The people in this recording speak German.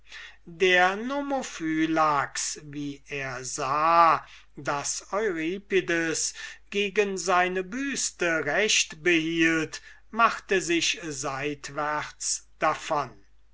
der nomophylax wie er sah daß euripides gegen seine büste recht behielt machte sich seitwärts davon